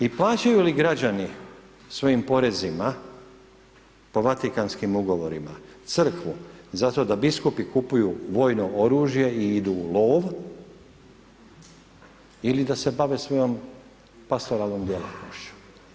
I plaćaju li građani svojim porezima po Vatikanskim Ugovorima Crkvu zato da biskupi kupuju vojno oružje i idu u lov ili da se bave svojom pastoralnom djelatnošću.